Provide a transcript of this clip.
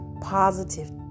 positive